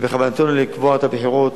ובכוונתנו לקבוע את הבחירות,